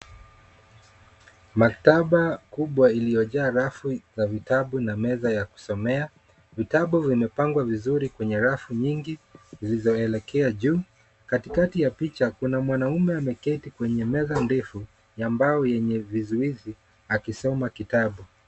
Maktaba kubwa iliyojaa rafu na vitabu na meza ya kusomea. Vitabu vimepangwa vizuri kwenye rafu nyingi zilizoelekea juu. Katikati ya picha kuna mwanaume ameketi kwenye meza ndefu ya mbao yenye vizuizi akisoma kitabu.